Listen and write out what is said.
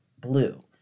blue